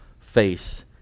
face